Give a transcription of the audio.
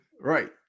Right